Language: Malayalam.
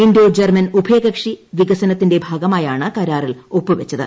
ഇന്തോ ജർമ്മൻ ഉഭയകക്ഷി വികസനത്തിന്റെ ഭാഗമായാണ് കരാറിൽ ഒപ്പു വച്ചത്